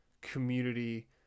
community